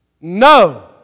No